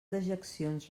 dejeccions